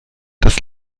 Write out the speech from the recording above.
das